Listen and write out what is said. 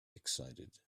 excited